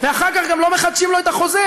ואחר כך גם לא מחדשים לו את החוזה,